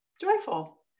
joyful